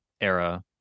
era